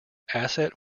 asset